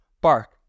bark